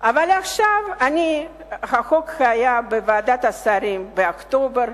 עכשיו החוק היה בוועדת השרים באוקטובר,